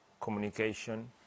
communication